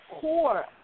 core